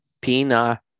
Pina